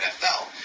NFL